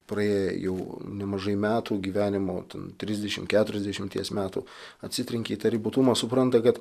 praėję jau nemažai metų gyvenimo ten trisdešim keturiasdešimties metų atsitrenkia į tą ribotumą supranta kad